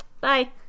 Bye